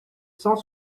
cent